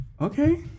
Okay